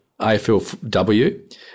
AFLW